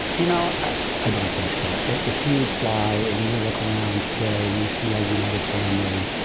you know i i don't think so. if you fly and you look around today and you see our united family,